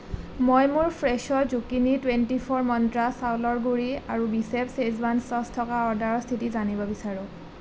মই মোৰ fresh' zucchini twenty four Mantra চাউলৰ গুড়ি আৰু বিচেফ শ্বেজৱান ছচ থকা অৰ্ডাৰৰ স্থিতি জানিব বিচাৰোঁ